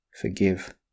forgive